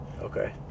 Okay